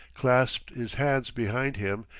clasped his hands behind him,